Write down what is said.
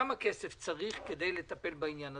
כמה כסף צריך כדי לטפל בעניין הזה?